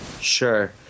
Sure